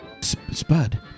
Spud